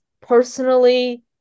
personally